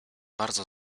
bardzo